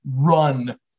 run